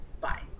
Bye